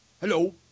Hello